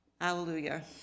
Hallelujah